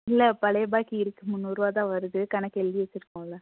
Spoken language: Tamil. இல்லை பழைய பாக்கி இருக்கு முன்னூறுரூவா தான் வருது கணக்கு எழுதி வச்சுருக்கோம்ல